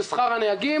בלשכה של נתניהו,